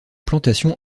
plantation